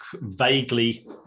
vaguely